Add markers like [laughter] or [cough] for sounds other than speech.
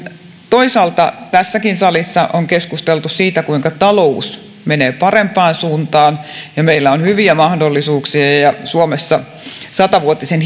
toisaalta tässäkin salissa on keskusteltu siitä kuinka talous menee parempaan suuntaan ja meillä on hyviä mahdollisuuksia ja suomessa sata vuotisen [unintelligible]